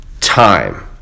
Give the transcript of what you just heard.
time